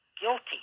guilty